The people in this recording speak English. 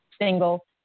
single